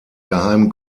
geheimen